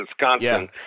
Wisconsin